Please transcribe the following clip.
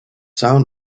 sound